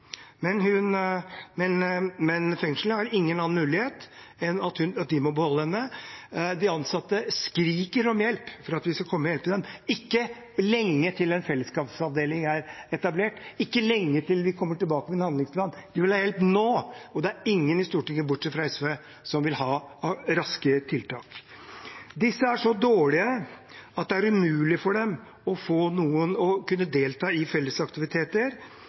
Men fengselet har ingen annen mulighet enn at de må beholde henne. De ansatte skriker om hjelp, de skriker om at vi skal komme og hjelpe dem nå – ikke til en fellesskapsavdeling er etablert, ikke til vi kommer tilbake med en handlingsplan. De vil ha hjelp nå, og det er ingen i Stortinget, bortsett fra SV, som vil ha raske tiltak. Disse fangene er så dårlige at det er umulig for dem å kunne delta i